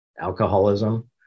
alcoholism